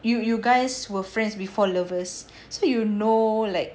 you you guys were friends before lovers so you know like